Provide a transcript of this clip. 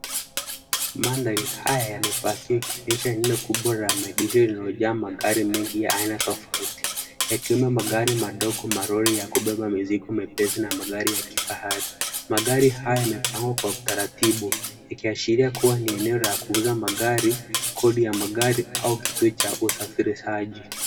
Mandhari haya yamepakisha eneo kubwa la maegesho lililojaa magari mengi ya aina tofauti yakiwemo magari madogo, malori ya kubeba mizigo mepesi na magari ya kifahari. Magari haya yamepangwa kwa utaratibu, ikiashiria kuwa ni eneo la kuuza magari, kodi ya magari au kituo cha usafirishaji.